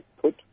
put